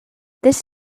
this